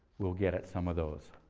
we'll get at some of those.